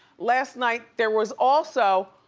last night there was also,